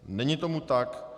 Není tomu tak.